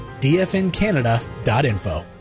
dfncanada.info